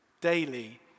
daily